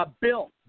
Bill